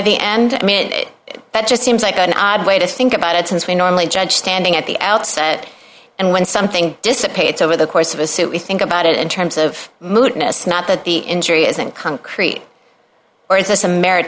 the end i mean it just seems like an odd way to think about it since we normally judge standing at the outset and when something dissipates over the course of a suit we think about it in terms of mootness not that the injury isn't concrete